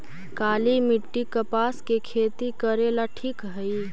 काली मिट्टी, कपास के खेती करेला ठिक हइ?